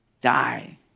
die